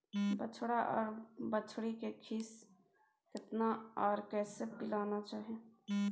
बछरा आर बछरी के खीस केतना आर कैसे पिलाना चाही?